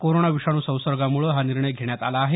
corona विषाणू संसर्गामुळे हा निर्णय घेण्यात आला आहे